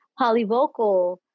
polyvocal